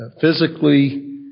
physically